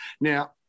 Now